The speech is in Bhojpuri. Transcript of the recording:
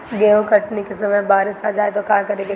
गेहुँ कटनी के समय बारीस आ जाए तो का करे के चाही?